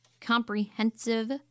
comprehensive